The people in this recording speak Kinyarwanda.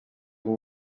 umwe